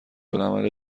العمل